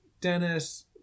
Dennis